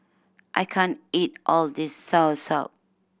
I can't eat all of this soursop